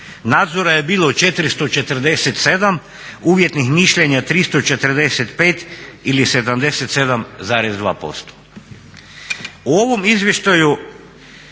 nadzora je bilo 447, uvjetnih mišljenja 345 ili 77,2%.